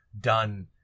done